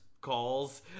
calls